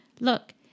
Look